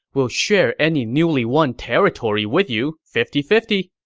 we'll share any newly won territory with you, fifty fifty